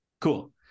Cool